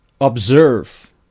observe